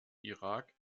irak